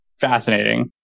fascinating